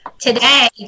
today